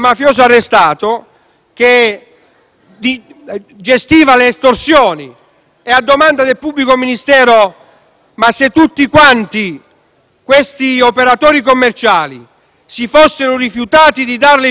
gestiva le estorsioni. La domanda del pubblico ministero è stata: ma se tutti quanti gli operatori commerciali si fossero rifiutati di darle il pizzo, lei cosa avrebbe fatto?